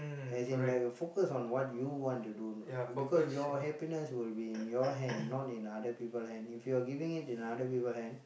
as in like focus on what you want to do because your happiness will be in your hand not in other people hand if you're giving it to other people hand